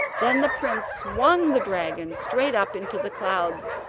then the prince swung the dragon straight up into the clouds,